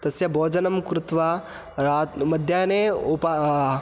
तस्य भोजनं कृत्वा रात्रौ मध्याह्ने उप